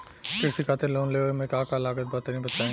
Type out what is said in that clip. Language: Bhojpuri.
कृषि खातिर लोन लेवे मे का का लागत बा तनि बताईं?